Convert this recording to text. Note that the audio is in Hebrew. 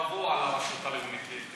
השאלה אם יחוקקו חוק קבוע לרשות הלאומית.